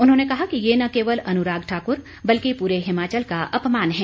उन्होंने कहा कि ये न केवल अनुराग ठाकुर बल्कि पूरे हिमाचल का अपमान है